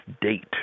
date